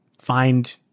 find